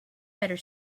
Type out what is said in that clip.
better